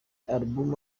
album